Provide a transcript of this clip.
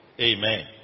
Amen